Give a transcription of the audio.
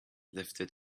lifted